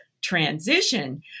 transition